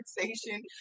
conversation